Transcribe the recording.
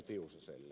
tiusaselle